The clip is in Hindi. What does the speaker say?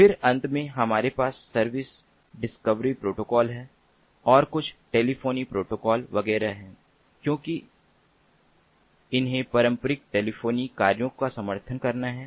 फिर अंत में हमारे पास सर्विस डिस्कवरी प्रोटोकॉल है और कुछ टेलीफोनी प्रोटोकॉल वगैरह हैं क्योंकि इन्हे पारंपरिक टेलीफोनी कार्यो का समर्थन करना है